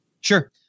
Sure